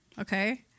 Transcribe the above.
okay